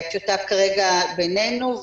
הטיוטה כרגע בינינו,